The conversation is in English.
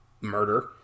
murder